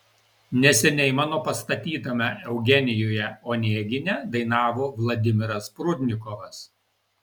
neseniai mano pastatytame eugenijuje onegine dainavo vladimiras prudnikovas